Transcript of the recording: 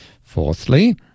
Fourthly